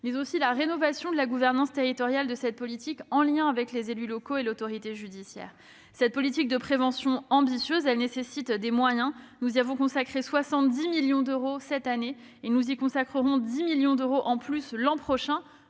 ; sur la rénovation de la gouvernance territoriale de cette politique, en lien avec les élus locaux et l'autorité judiciaire. Cette politique de prévention ambitieuse nécessite des moyens : nous y avons consacré 70 millions d'euros cette année et nous y consacrerons 10 millions de plus l'an prochain,